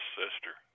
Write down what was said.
sister